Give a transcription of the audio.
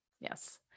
Yes